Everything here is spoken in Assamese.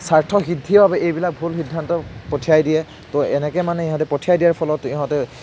স্বাৰ্থ সিদ্ধিৰ বাবে এইবিলাক ভুল সিদ্ধান্ত পঠিয়াই দিয়ে তো এনেকৈ মানে ইহঁতে পঠিয়াই দিয়াৰ ফলত ইহঁতে